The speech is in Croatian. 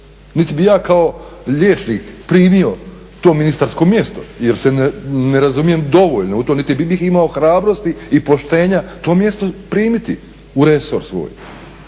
niti bih ja kao liječnik primio to ministarsko mjesto jer se ne razumijem dovoljno u to niti bih imao hrabrosti i poštenja to mjesto primiti u resor svoj.